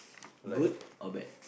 good or bad